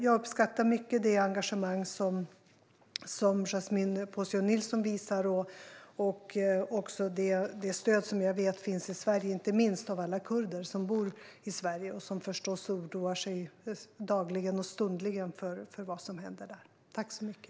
Jag uppskattar verkligen det engagemang som Yasmine Posio Nilsson visar och även det stöd som jag vet finns i Sverige, inte minst bland alla kurder som bor här och som förstås oroar sig dagligen och stundligen för vad som händer på detta område.